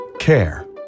Care